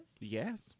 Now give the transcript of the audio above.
Yes